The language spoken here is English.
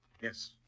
Yes